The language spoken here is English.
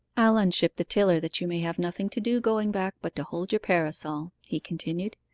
i'll unship the tiller that you may have nothing to do going back but to hold your parasol he continued,